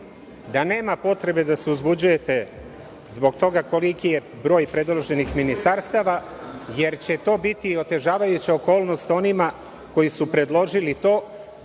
da nema potrebe da se uzbuđujete zbog toga koliki je broj predloženih ministarstava, jer će to biti otežavajuća okolnost onima koji su predložili to